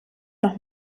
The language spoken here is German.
noch